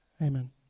amen